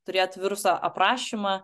turėt viruso aprašymą